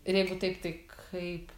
ir jeigu taip tik kaip